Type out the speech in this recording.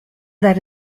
that